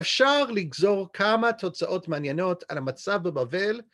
‫אפשר לגזור כמה תוצאות מעניינות ‫על המצב בבבל.